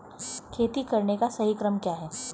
खेती करने का सही क्रम क्या है?